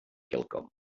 quelcom